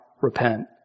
repent